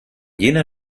jener